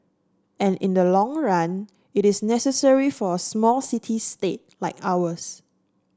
and in the long run it is necessary for a small city state like ours